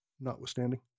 notwithstanding